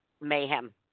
mayhem